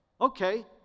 Okay